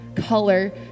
Color